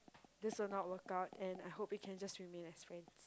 this will not work out and I hope we can just remain as friends